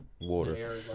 water